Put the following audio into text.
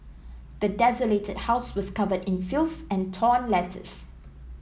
the desolated house was covered in filth and torn letters